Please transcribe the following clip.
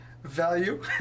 value